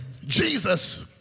Jesus